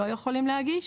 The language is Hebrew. הם לא יכולים להגיש,